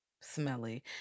smelly